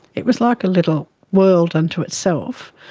it was like a little world unto itself.